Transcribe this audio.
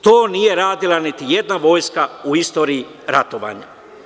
To nije radila niti jedna vojska u istoriji ratovanja.